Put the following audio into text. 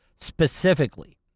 specifically